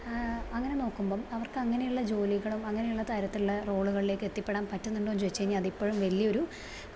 അങ്ങനെ നോക്കുമ്പോൾ അവർക്ക് അങ്ങനെയുള്ള ജോലികളും അങ്ങനെയുള്ള തരത്തിലുള്ള റോളുകളിലേക്ക് എത്തിപ്പെടാൻ പറ്റുന്നുണ്ടോന്ന് ചോദിച്ച് കഴിഞ്ഞാൽ അതിപ്പോഴും വലിയൊരു ചോദ്യചിഹ്നമാണ്